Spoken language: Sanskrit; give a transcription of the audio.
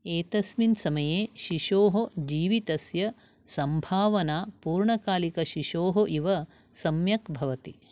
एतस्मिन् समये शिशोः जीवितस्य सम्भावना पूर्णकालिकशिशोः इव सम्यक् भवति